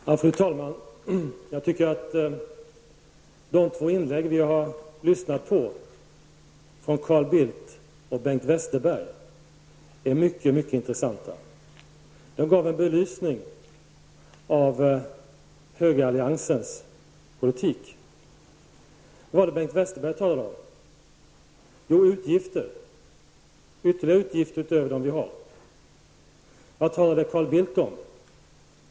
Fru talman! Jag tycker att de två inlägg vi har lyssnat på, från Carl Bildt och Bengt Westerberg, är mycket intressanta. De gav en belysning av högeralliansens politik. Vad var det Bengt Westerberg talade om? Jo, utgifter; ytterligare utgifter utöver dem vi har. Vad talade Carl Bildt om?